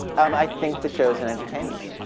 um i think the show is an entertainment.